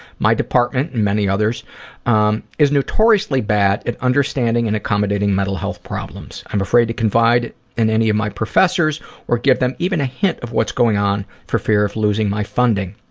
my department and many others um is notoriously bad at understanding and accommodating mental health problems. i'm afraid to confide in any of my professors or give them even a hint of what's going on for fear of losing my funding.